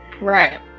Right